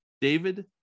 David